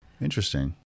interesting